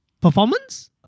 performance